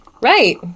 Right